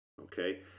okay